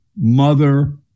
mother